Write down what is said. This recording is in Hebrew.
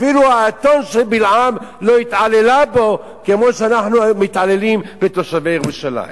אפילו האתון של בלעם לא התעללה בו כמו שאנחנו מתעללים בתושבי ירושלים.